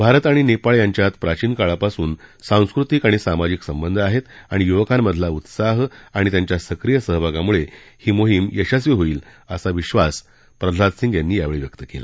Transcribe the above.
भारत आणि नेपाळ यांच्यात प्राचीन काळापासून सांस्कृतिक आणि सामाजिक संबंध आहेत आणि युवकांमधला उत्साह आणि त्यांच्या सक्रिय सहभागामुळे ही मोहीम यशस्वी होईल असा विश्वास प्रल्हाद सिंग यांनी यावेळी व्यक्त केला